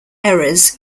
errors